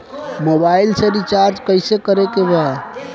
Mobile में recharge कइसे करे के बा?